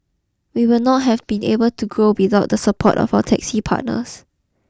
we would not have been able to grow without the support of our taxi partners